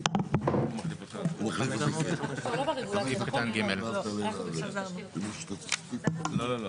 זה בתוך הנושא שדיברנו עליו של שינוי תוכנית לאחר